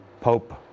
Pope